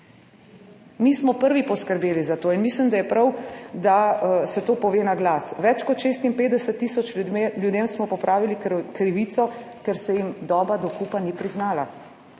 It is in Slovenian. Mi smo prvi poskrbeli za to. In mislim, da je prav, da se to pove na glas. Več kot 56 tisoč ljudem smo popravili krivico, ker se jim doba dokupa ni priznala,